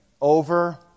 over